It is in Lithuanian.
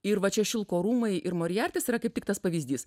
ir va čia šilko rūmai ir morijartis yra kaip tik tas pavyzdys